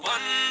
One